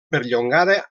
perllongada